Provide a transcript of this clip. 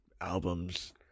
albums